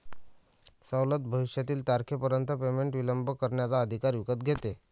सवलत भविष्यातील तारखेपर्यंत पेमेंट विलंब करण्याचा अधिकार विकत घेते